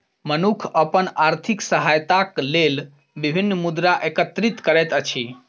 मनुख अपन आर्थिक सहायताक लेल विभिन्न मुद्रा एकत्रित करैत अछि